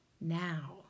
now